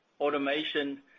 automation